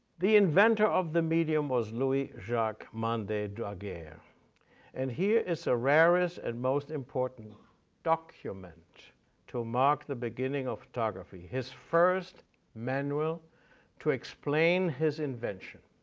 the inventor of the medium was louis-jacques-mande ah daguerre and here is the ah rarest and most important document to mark the beginning of photography, his first manual to explain his invention.